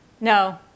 no